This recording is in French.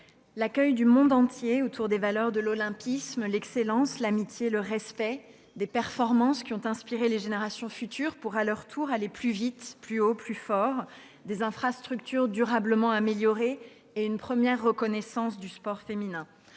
l'accueil du monde entier, autour des valeurs de l'olympisme : l'excellence, l'amitié, le respect ; des performances qui ont inspiré les générations futures et les ont poussées à aller, à leur tour, plus vite, plus haut, plus fort ; des infrastructures durablement améliorées et une première reconnaissance du sport féminin